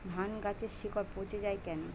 ধানগাছের শিকড় পচে য়ায় কেন?